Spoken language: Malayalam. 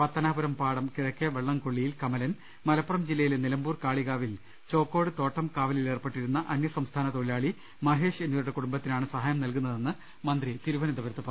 പത്തനാപുരം പാടം കിഴക്കെ വെളളം കൊളളിയിൽ കമലൻ മലപ്പുറം ജില്ല യിലെ നിലമ്പൂർ കാളികാവിൽ ചോക്കോട് തോട്ടം കാവ ലിൽ ഏർപ്പെട്ടിരുന്ന അന്യസംസ്ഥാന തൊഴിലാളി മഹേഷ് എന്നിവരുടെ കുടുംബത്തിനാണ് സഹായം നൽകുന്നതെന്ന് മന്ത്രി തിരുവനന്തപുരത്ത് പറഞ്ഞു